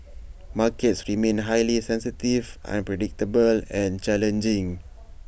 markets remain highly sensitive unpredictable and challenging